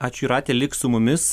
ačiū jūrate lik su mumis